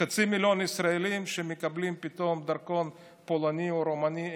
חצי מיליון ישראלים שמקבלים פתאום דרכון פולני או רומני,